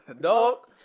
dog